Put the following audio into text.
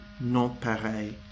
non-pareil